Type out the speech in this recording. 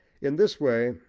in this way,